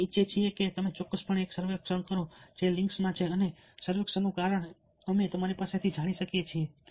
અમે ઇચ્છીએ છીએ કે તમે ચોક્કસપણે એક સર્વેક્ષણ કરો જે લિંક્સમાં છે અને સર્વેક્ષણનું કારણ અમે તમારી પાસેથી જાણી શકીએ છીએ